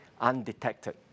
undetected